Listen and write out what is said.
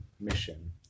mission